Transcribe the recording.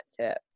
tip